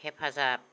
हेफाजाब